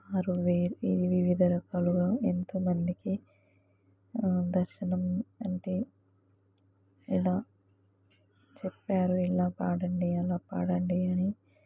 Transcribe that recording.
వారు వివిధ రకాలుగా ఎంతోమందికి దర్శనం అంటే ఎలా చెప్పారు ఇలా పాడండి అలా పాడండి అని